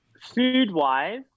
Food-wise